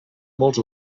molts